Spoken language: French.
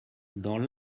dans